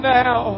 now